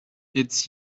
its